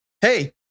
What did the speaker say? hey